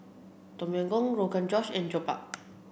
Tom Yam Goong Rogan Josh and Jokbal